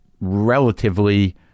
relatively